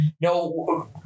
No